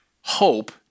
hope